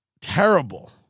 terrible